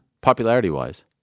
popularity-wise